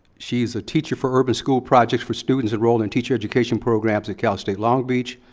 she is a teacher for urban school projects for students enrolled in teacher education programs at cal state long beach.